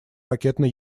ракетно